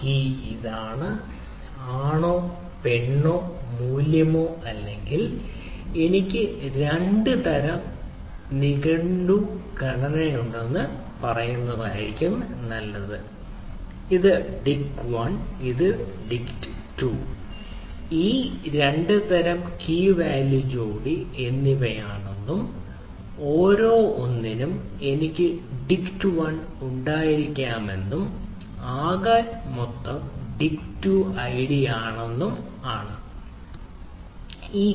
key ഇതാണ് ആണോ പെണ്ണോ മൂല്യമോ അല്ലെങ്കിൽ നമുക്ക് രണ്ട് തരം നിഘണ്ടു ഘടനയുണ്ടെന്ന് പറയാം അത് ഒരു പ്രധാന മൂല്യ ജോഡിയുള്ളതും തുടർന്ന് പറയുന്നതും ആണ് ഇത് ഡിക്റ്റ് 1 ഡിക്റ്റ് 2 ഈ രണ്ട് തരം കീ വാല്യു ജോഡി എന്നിവയാണെന്നും ഓരോ 1 നും എനിക്ക് ഡിക്റ്റ് 1 ഉണ്ടായിരിക്കാമെന്നും മറ്റേതിന് ശരാശരി ആകാമെന്നും ഡിക്റ്റ് 2 ഐഡി ആയിരിക്കാം ചിലപ്പോൾ